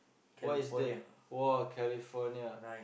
what is there !wah! California